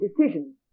decisions